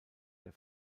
der